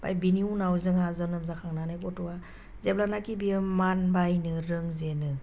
ओमफ्राय बिनि उनाव जोंहा जोनोम जाखांनानै गथ'आ जेब्लानाखि बियो मानबायनो रोंजेनो